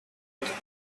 میپرسن